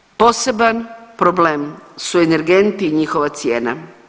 Poseban problem su energenti i njihova cijena.